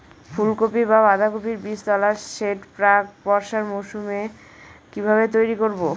ফুলকপি বা বাঁধাকপির বীজতলার সেট প্রাক বর্ষার মৌসুমে কিভাবে তৈরি করব?